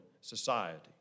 society